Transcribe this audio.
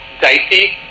dicey